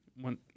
One